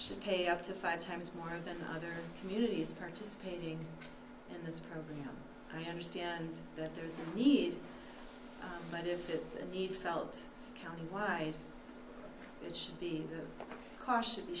should pay up to five times more than the other communities participating in this program understand that there's a need but if it's a need felt county why it should be cautious